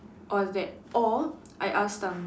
or that or I asked um